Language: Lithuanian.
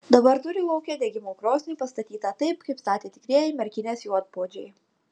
dabar turi lauke degimo krosnį pastatytą taip kaip statė tikrieji merkinės juodpuodžiai